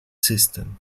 system